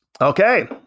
Okay